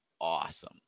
awesome